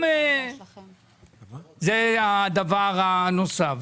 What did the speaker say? זה הדבר הנוסף.